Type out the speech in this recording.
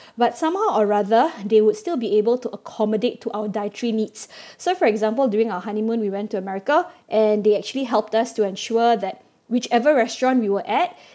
but somehow or rather they would still be able to accommodate to our dietary needs so for example during our honeymoon we went to america and they actually helped us to ensure that whichever restaurant we were at